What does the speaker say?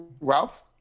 Ralph